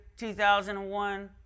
2001